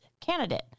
candidate